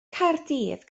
caerdydd